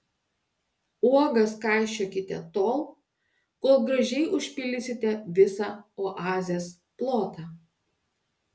uogas kaišiokite tol kol gražiai užpildysite visą oazės plotą